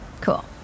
Cool